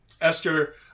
Esther